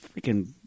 freaking